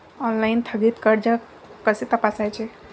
Online थकीत कर्ज कसे तपासायचे?